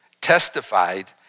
testified